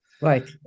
Right